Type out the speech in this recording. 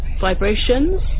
Vibrations